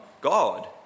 God